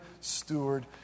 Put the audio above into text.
steward